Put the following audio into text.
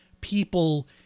people